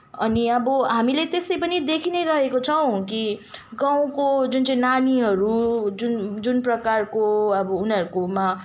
अनि अब हामीले त्यसै पनि देखि नै रहेको छौँ कि गाउँको जुन चाहिँ नानीहरू जुन जुन प्रकारको अब उनीहरूकोमा